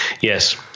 Yes